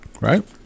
right